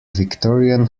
victorian